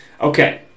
Okay